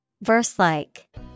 Verse-like